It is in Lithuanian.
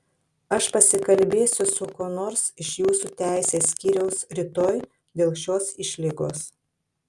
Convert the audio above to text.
aš pasikalbėsiu su kuo nors iš jūsų teisės skyriaus rytoj dėl šios išlygos